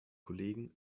kollegen